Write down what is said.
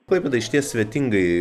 klaipėda išties svetingai